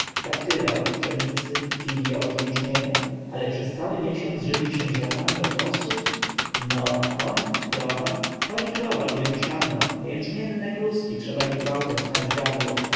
daktyle obok pszenicy figi obok jęczmienia ale przez cały miesiąc żywić się ziarnami lotosu no a koń krowa koń i krowa lubią siano a jęczmienne kluski trzeba im gwałtem pchać w gardło